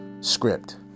script